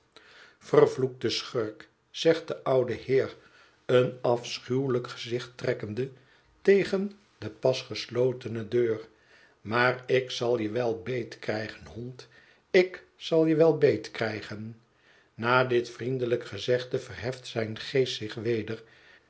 vervloekte schurk zegt de oude heer een afschuwelijk gezicht trekkende tegen de pas geslotene deur maar ik zal je wel beetkrijgen hond ik zal je wel beetkrijgen na dit vriendelijk gezegde verheft zijn geest zich weder